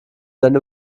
deine